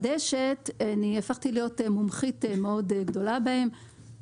אני הפכתי להיות מומחית מאוד גדולה בכל הדברים של אנרגיה מתחדשת.